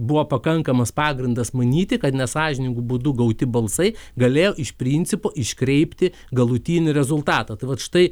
buvo pakankamas pagrindas manyti kad nesąžiningu būdu gauti balsai galėjo iš principo iškreipti galutinį rezultatą tai vat štai